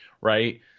right